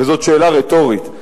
וזו שאלה רטורית,